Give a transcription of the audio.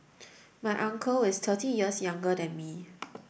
my uncle is thirty years younger than me